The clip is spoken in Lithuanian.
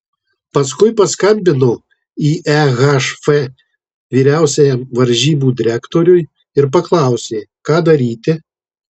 paskui paskambino į ehf vyriausiajam varžybų direktoriui ir paklausė ką daryti